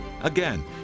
Again